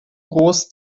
groß